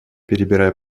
перебирая